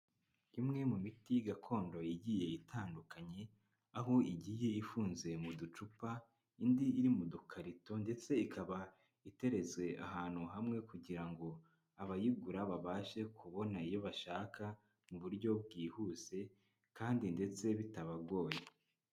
Imwe mu miti gakondo igiye itandukanye aho igiye ifunze mu ducupa, indi iri mu dukarito ndetse ikaba iteretswe ahantu hamwe kugira ngo abayigura babashe kubona iyo bashaka mu buryo bwihuse kandi ndetse bitabagoye.